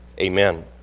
Amen